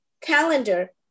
calendar